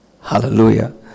Hallelujah